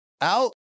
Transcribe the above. out